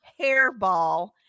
hairball